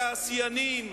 התעשיינים,